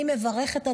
אני מברכת,